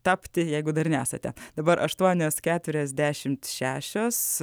tapti jeigu dar nesate dabar aštuonios keturiasdešimt šešios